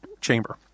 chamber